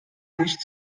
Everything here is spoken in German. nicht